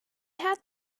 had